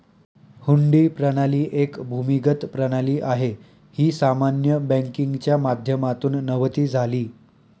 हुंडी प्रणाली एक भूमिगत प्रणाली आहे, ही सामान्य बँकिंगच्या माध्यमातून नव्हती झाली